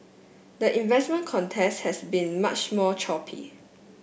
the investment contest has been much more choppy